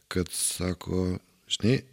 kad sako žinai